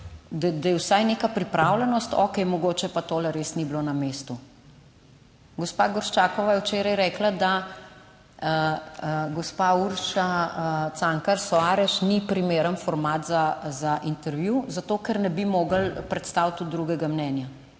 da je vsaj neka pripravljenost, okej, mogoče pa to res ni bilo na mestu. Gospa Grščakova je včeraj rekla, da gospa Urša Cankar Soares ni primeren format za Intervju, zato ker ne bi mogli predstaviti tudi drugega mnenja.